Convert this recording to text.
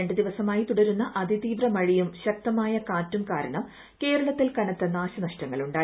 രണ്ട് ദിവസമായി തുടരുന്ന അതിതീവ്രമഴയും ശക്തമായ കാറ്റും കാരണം കേരളത്തിൽ കനത്ത നാശ നഷ്ടങ്ങളുണ്ടായി